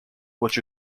which